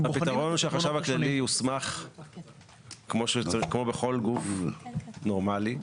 הפתרון שהחשב הכללי יוסמך כמו בכל גוף נורמלי,